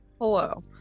Hello